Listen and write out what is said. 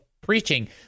preaching